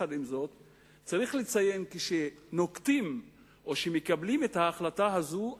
צריך לציין שכשנוקטים או כשמקבלים את ההחלטה הזו,